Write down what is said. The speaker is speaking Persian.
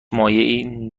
مایعی